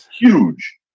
huge